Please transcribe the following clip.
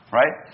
right